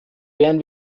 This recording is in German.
wären